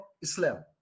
Islam